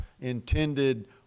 intended